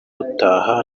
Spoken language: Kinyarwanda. rutaha